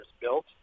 built